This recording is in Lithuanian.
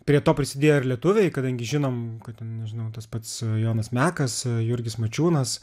prie to prisidėjo ir lietuviai kadangi žinom kad nežinau tas pats jonas mekas jurgis mačiūnas